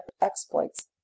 exploits